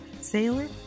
sailor